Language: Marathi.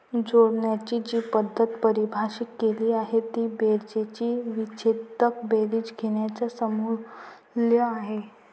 जोडण्याची जी पद्धत परिभाषित केली आहे ती बेरजेची विच्छेदक बेरीज घेण्याच्या समतुल्य आहे